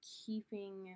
keeping